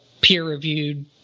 peer-reviewed